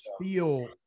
feel